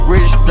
Rich